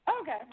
okay